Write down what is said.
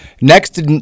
Next